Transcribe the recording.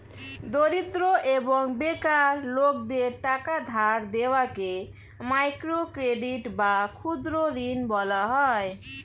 দরিদ্র এবং বেকার লোকদের টাকা ধার দেওয়াকে মাইক্রো ক্রেডিট বা ক্ষুদ্র ঋণ বলা হয়